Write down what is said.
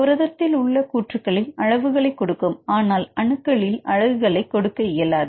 புரதத்தில் உள்ள கூற்றுகளில் அளவுகளை கொடுக்கும் ஆனால் அணுக்களில் அலகுகளை கொடுக்க இயலாது